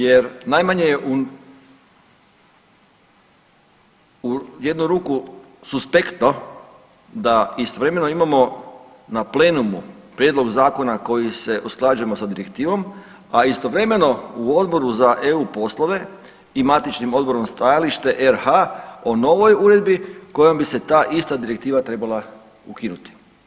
Jer najmanje je u jednu ruku su suspektno da istovremeno imamo na plenumu prijedlog zakona kojim se usklađujemo sa direktivom, a istovremeno u Odboru za eu poslove i matičnim odborom stajalište RH o novoj uredbi kojom bi se ta ista direktiva trebala ukinuti.